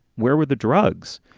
where were the drugs?